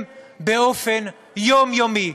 הם, באופן יומיומי,